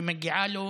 שמגיעה לו